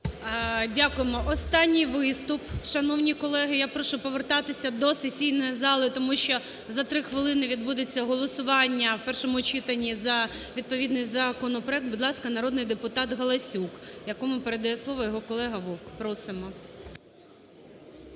Дякуємо. Останній виступ. Шановні колеги, я прошу повертатися до сесійної зали, тому що за 3 хвилини відбудеться голосування у першому читанні за відповідний законопроект. Будь ласка, народний депутат Галасюк, якому передає слово його колега Вовк. Просимо.